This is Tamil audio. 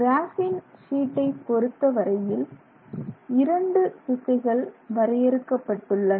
கிராபின் ஷீட்டை பொறுத்தவரையில் இரண்டு திசைகள் வரையறுக்கப்பட்டுள்ளன